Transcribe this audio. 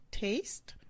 taste